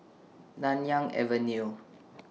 Nanyang Avenue